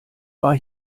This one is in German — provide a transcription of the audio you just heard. war